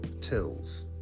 tills